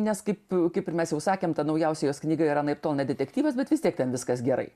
nes kaip kaip ir mes jau užsakėm tad naujausia jos knyga yra anaiptol ne detektyvas bet vis tiek ten viskas gerai